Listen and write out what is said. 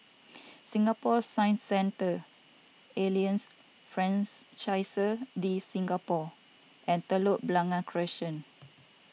Singapore Science Centre Alliance Francaise De Singapour and Telok Blangah Crescent